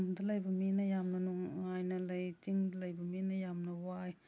ꯇꯝꯗ ꯂꯩꯕ ꯃꯤꯅ ꯌꯥꯝꯅ ꯅꯨꯡꯉꯥꯏꯅ ꯂꯩ ꯆꯤꯡꯗ ꯂꯩꯕ ꯃꯤꯅ ꯌꯥꯝꯅ ꯋꯥꯏ